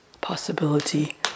possibility